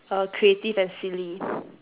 err creative and silly